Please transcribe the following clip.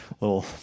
little